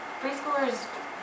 preschoolers